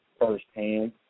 firsthand